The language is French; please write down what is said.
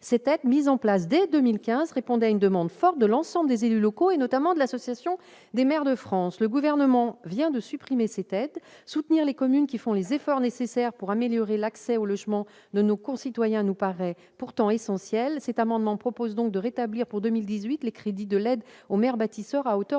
Cette aide, mise en place dès 2015, répondait à une demande forte de l'ensemble des élus locaux, notamment de l'Association des maires de France. Le Gouvernement vient de supprimer cette aide. Soutenir les communes qui font les efforts nécessaires pour améliorer l'accès au logement de nos concitoyens nous paraît pourtant essentiel. Cet amendement prévoit donc de rétablir pour 2018 les crédits de l'aide aux maires bâtisseurs à hauteur